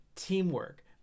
Teamwork